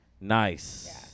Nice